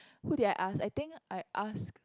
who did I ask I think I asked